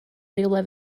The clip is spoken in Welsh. rywle